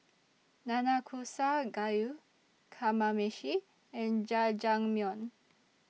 Nanakusa Gayu Kamameshi and Jajangmyeon